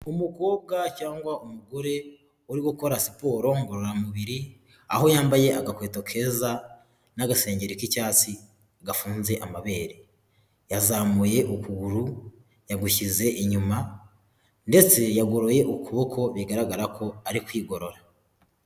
Umukobwa cyangwa umugore uri gukora siporo ngororamubiri aho yambaye agakweto keza n'agasenge k'icyatsi gafunze amabere. Yazamuye ukuguru yagushyize inyuma ndetse yagoroye ukuboko bigaragara ko ari kwigorora.